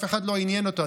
אף אחד לא עניין אותו,